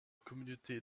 communauté